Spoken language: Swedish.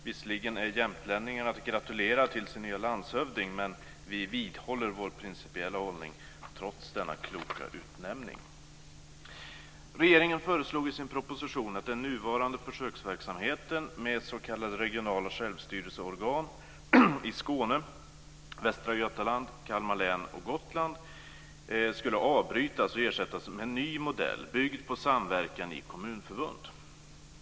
Visserligen är jämtlänningarna att gratulera till sin nya landshövding, men vi vidhåller vår principiella hållning trots denna kloka utnämning. Regeringen föreslog i sin proposition att den nuvarande försöksverksamheten med s.k. regionala självstyrelseorgan i Skåne, Västra Götaland, Kalmar län och Gotland skulle avbrytas och ersättas med en ny modell byggd på samverkan i kommunförbund.